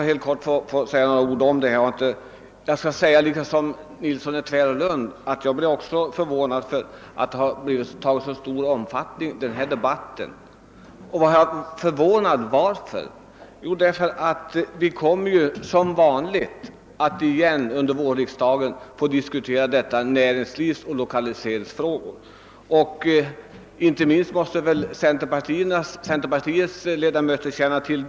Herr talman! Jag skall också fatta mig kort. Liksom herr Nilsson i Tvärålund är jag förvånad över att denna debatt fått så stor omfattning; som vanligt under vårriksdagen återkommer även i år tillfället att diskutera dessa näringslivsoch lokaliseringsfrågor. Det måste väl inte minst centerpartiets ledamöter känna till.